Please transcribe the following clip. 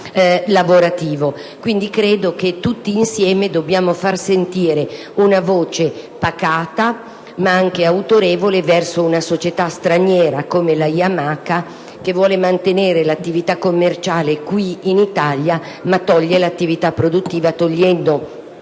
Quindi, credo che tutti insieme dobbiamo far sentire una voce pacata, ma anche autorevole, nei confronti di una società straniera, come la Yamaha che vuole mantenere la sua attività commerciale in Italia, ma eliminare l'attività produttiva, privando